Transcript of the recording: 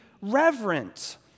reverent